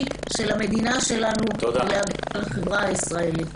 של המדינה שלנו כדי להגן על החברה הישראלית.